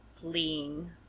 fleeing